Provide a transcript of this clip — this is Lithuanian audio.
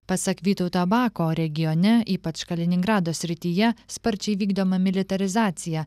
pasak vytauto bako regione ypač kaliningrado srityje sparčiai vykdoma militarizacija